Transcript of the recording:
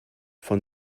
von